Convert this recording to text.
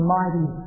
mighty